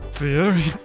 Theory